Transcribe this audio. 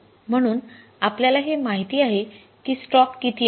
म्हणून आपल्याला हे माहित आहे की स्टॉक किती आहे